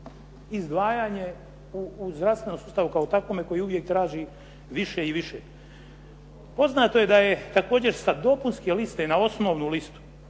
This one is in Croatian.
izdvajanje u zdravstvenom sustavu kao takvome koji uvijek traži više i više. Poznato je da je također sa dopunske liste na osnovnu listu,